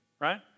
right